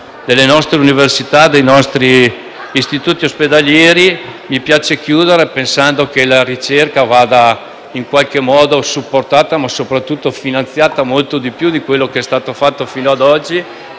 delle nostre università e dei nostri istituti ospedalieri. Mi piace chiudere pensando che la ricerca vada supportata, ma soprattutto finanziata, più di quanto è stato fatto finora,